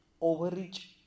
overreach